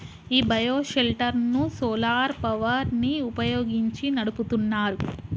ఈ bio shelter ను solar power ని వుపయోగించి నడుపుతున్నారు